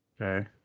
Okay